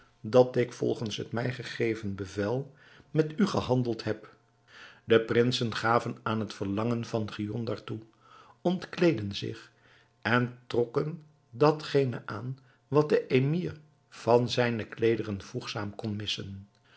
dat ik volgens het mij gegeven bevel met u gehandeld heb de prinsen gaven aan het verlangen van giondar toe ontkleedden zich en trokken datgene aan wat de emir van zijne kleederen voegzaam